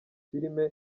filimi